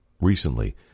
Recently